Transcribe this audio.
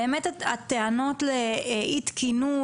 האמת הטענות לאי תקינות,